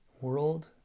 world